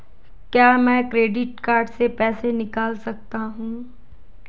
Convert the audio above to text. क्या मैं credit card से पैसे निकाल सकता हूँ?